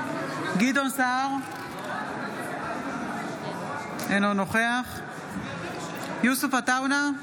גדעון סער, אינו נוכח יוסף עטאונה,